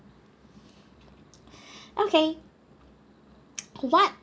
okay what